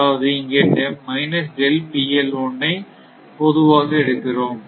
அதாவது இங்கே ஐ பொதுவாக எடுக்கிறோம்